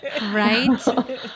right